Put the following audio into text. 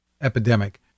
epidemic